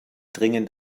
dringend